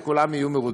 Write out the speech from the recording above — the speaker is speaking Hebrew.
וכולם יהיו מרוצים,